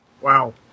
Wow